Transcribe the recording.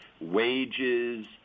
wages